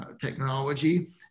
technology